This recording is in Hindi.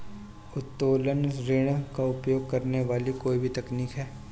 उत्तोलन ऋण का उपयोग करने वाली कोई भी तकनीक है